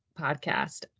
podcast